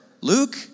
Luke